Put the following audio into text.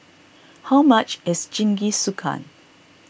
how much is Jingisukan